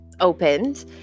opened